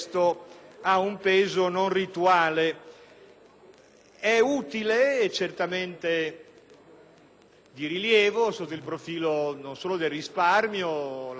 È utile, e certamente di rilievo sotto il profilo, non solo del risparmio (lo ha detto bene il relatore Malan), ma